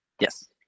Yes